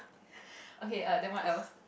okay err then what else